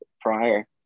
prior